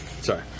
sorry